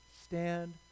stand